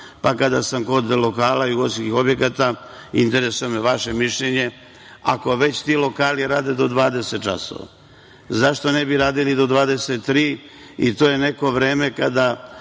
pa kada sam kod lokala i ugostiteljskih objekata interesuje me vaše mišljenje – ako već ti lokali rade do 20 časova, zašto ne bi radili do 23 i to je neko vreme kada